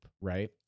right